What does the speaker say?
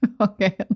Okay